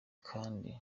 kandi